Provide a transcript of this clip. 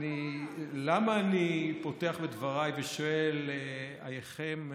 למה אני פותח בדבריי ושואל אייכם,